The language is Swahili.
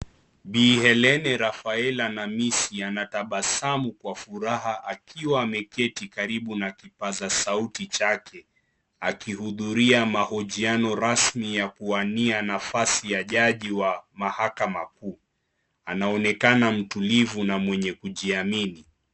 Bi Helene Rafaela Namisi anatabasamu kwa furaha akiwa ameketi karibu na kipaza sauti chake akihudhuria mahojiano rasmi ya kuwania nafasi ya jaji wa mahakama kuu. Anaonekana mtulivu na mwenye kujiamini.